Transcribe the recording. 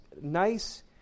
nice